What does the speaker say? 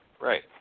Right